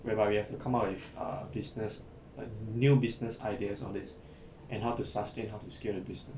whereby we have to come up with a business a new business ideas all these and how to sustain how to scale the business